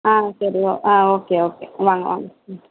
ஆ சரி ஆ okay okay வாங்க வாங்க ம்